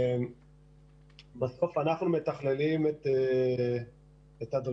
בסוף אנחנו מתכללים את הדרישות